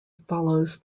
follows